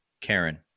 Karen